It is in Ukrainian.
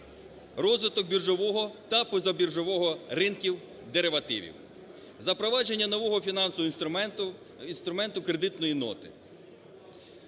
розвиток біржового та позабіржового ринків деривативів. Запровадження нового фінансового інструменту кредитної ноти.